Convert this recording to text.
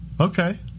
okay